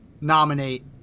nominate